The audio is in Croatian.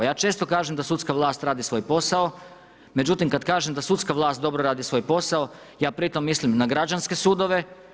Ja često kažem da sudska vlast radi svoj posao, međutim, kad kažem da sudske vlast dobro radi svoj posao, ja pri tom mislim na građane sudove.